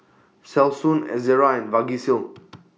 Selsun Ezerra and Vagisil